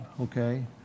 okay